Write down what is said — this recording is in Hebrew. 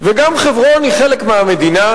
וגם חברון היא חלק מהמדינה,